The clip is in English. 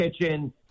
Kitchen